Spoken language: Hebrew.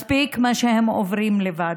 מספיק מה שהם עוברים לבד.